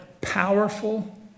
powerful